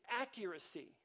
accuracy